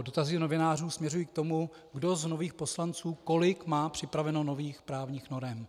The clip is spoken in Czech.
Dotazy novinářů směřují k tomu, kdo z nových poslanců kolik má připraveno nových právních norem.